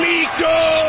Miko